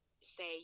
say